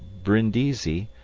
brindisi,